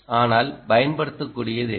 ஆனால் பயன்படுத்தக்கூடியது என்ன